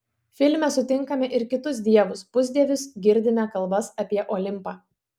filme sutinkame ir kitus dievus pusdievius girdime kalbas apie olimpą